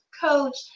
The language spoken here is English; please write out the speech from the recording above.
coach